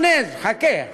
מיונז, חבר הכנסת פרץ, חכה.